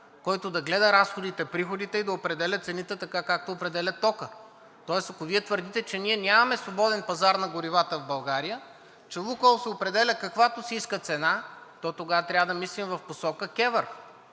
който да гледа разходите и приходите и да определя цените така, както определя тока. Тоест, ако Вие твърдите, че ние нямаме свободен пазар на горивата в България, че „Лукойл“ определя каквато си иска цена, то тогава трябва да мислим в посока КЕВР.